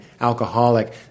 alcoholic